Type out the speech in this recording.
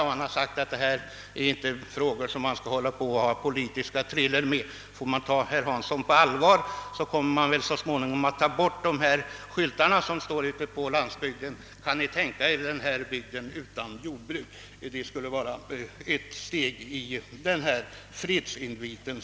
Herr Hansson säger också att vi inte skall ha politiska trätor i dessa frågor. Om vi tar herr Hansson på allvar, kan vi väl vänta oss att man tar bort skyltarna ute på landsbygden med frågan: Kan ni tänka er den här bygden utan jordbruk? Det skulle vara ett led i herr Hanssons fredsinvit.